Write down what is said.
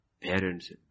parents